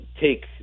take